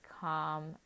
calm